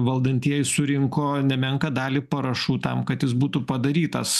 valdantieji surinko nemenką dalį parašų tam kad jis būtų padarytas